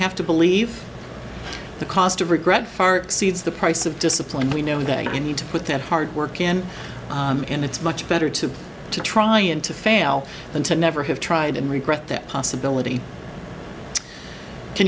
have to believe the cost of regret far exceeds the price of discipline we know that you need to put that hard work in and it's much better to to try and to fail than to never have tried and regret that possibility can